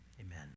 amen